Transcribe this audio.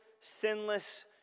sinless